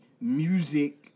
music